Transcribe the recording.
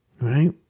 right